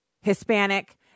Hispanic